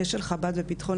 אשל חב"ד ופתחון,